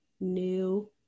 new